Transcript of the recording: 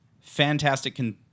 fantastic